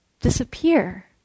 disappear